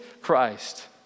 Christ